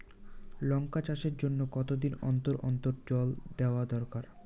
লঙ্কা চাষের জন্যে কতদিন অন্তর অন্তর জল দেওয়া দরকার?